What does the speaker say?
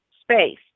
space